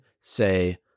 say